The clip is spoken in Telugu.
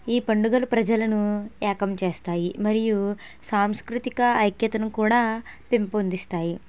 ఈ పండుగలు ప్రజలను ఏకం చేస్తాయి మరియు సాంస్కృతిక ఐక్యతను కూడా పెంపొందిస్తాయి